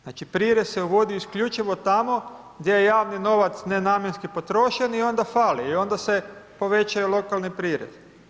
Znači prirez se uvodi isključivo tamo gdje je javni novac nenamjenski potrošen i onda fali i onda se povećaju lokalni prirez.